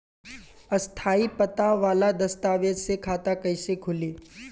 स्थायी पता वाला दस्तावेज़ से खाता कैसे खुली?